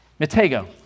Matego